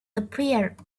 appeared